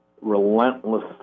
relentless